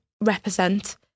represent